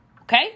Okay